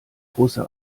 russe